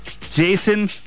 Jason